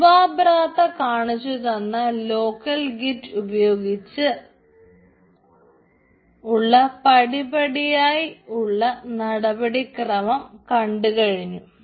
ശുഭബ്രത കാണിച്ചു തന്ന local git ഉപയോഗിച്ച് ഉള്ള പടിപടിയായി ഉള്ള നടപടി ക്രമം നമ്മൾ കണ്ടു കഴിഞ്ഞു